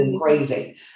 crazy